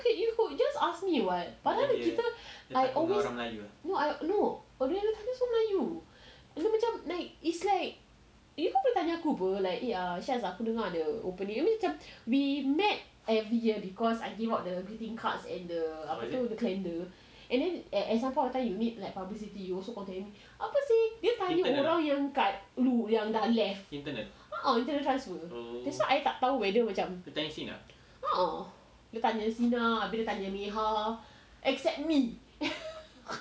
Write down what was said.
you could you just ask me [what] padahal kita but then I always like no orang yang dia tanya semua melayu like is like kau boleh tanya aku apa like ya shah aku dengar ada opening I mean macam we met every year because I give out the greeting cards and the apa tu the calendar and then at some point of time you need like publicity you also contacted me apa seh dia tanya orang yang dekat yang dah left a'ah macam dah transfer this [one] I tak tahu whether macam a'ah dia tanya sinar habis tu dia tanya meha except me